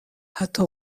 حتی